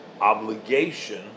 obligation